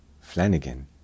Flanagan